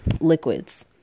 liquids